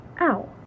Ow